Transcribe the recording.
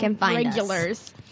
regulars